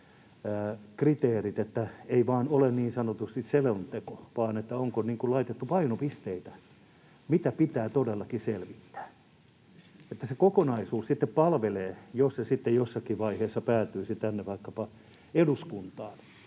että ei vain ole niin sanotusti selonteko, vaan että onko laitettu painopisteitä, mitä pitää todellakin selvittää, että se kokonaisuus sitten palvelee, jos se jossakin vaiheessa päätyisi vaikkapa